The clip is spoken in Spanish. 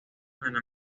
ana